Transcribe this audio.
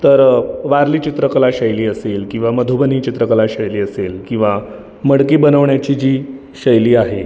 तर वारली चित्रकला शैली असेल किंवा मधुबनी चित्रकला शैली असेल किंवा मडकी बनवण्याची जी शैली आहे